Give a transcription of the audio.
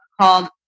called